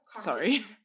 sorry